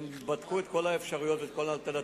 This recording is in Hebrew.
הם בדקו את כל האפשרויות ואת כל האלטרנטיבות.